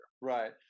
right